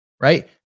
right